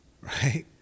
Right